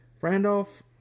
Randolph